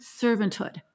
servanthood